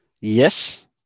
Yes